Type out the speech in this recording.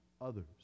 others